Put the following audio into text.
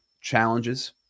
challenges